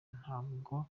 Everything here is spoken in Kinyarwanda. ntabwo